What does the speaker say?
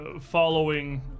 following